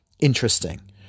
interesting